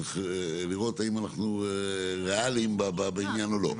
צריך לראות האם אנחנו ריאליים בעניין או לא.